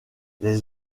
les